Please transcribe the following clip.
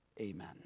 amen